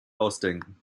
ausdenken